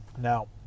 Now